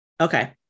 Okay